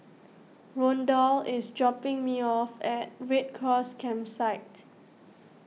Rondal is dropping me off at Red Cross Campsite